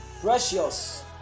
Precious